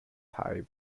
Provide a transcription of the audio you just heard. type